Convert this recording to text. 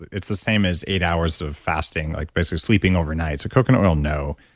it's the same as eight hours of fasting, like basically sleeping overnight. so coconut oil, no.